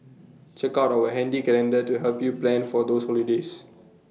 check out our handy calendar to help you plan for those holidays